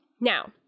now